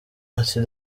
ati